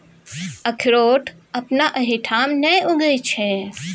अकरोठ अपना एहिठाम नहि उगय छै